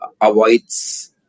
avoids